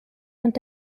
und